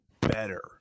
better